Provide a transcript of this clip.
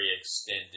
extended